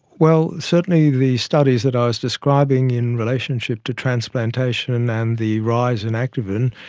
well, certainly the studies that i was describing in relationship to transplantation and the rise in activin,